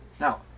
Now